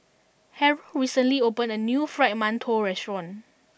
Harrold recently opened a new Fried Mantou restaurant